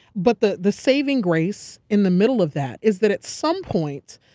but the the saving grace in the middle of that is that at some point,